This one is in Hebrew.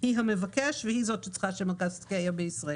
היא המבקשת והיא זאת שצריכה שמרכז עסקיה יהיה בישראל.